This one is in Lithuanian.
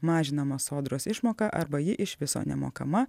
mažinama sodros išmoka arba ji iš viso nemokama